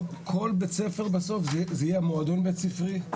כל בית ספר בסוף זה יהיה מועדון בית ספרי,